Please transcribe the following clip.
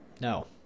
No